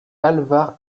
alvar